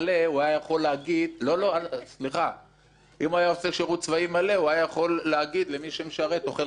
הוא היה יכול להגיד שמי שמשרת אוכל חינם.